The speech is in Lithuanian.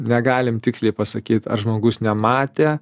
negalim tiksliai pasakyt ar žmogus nematė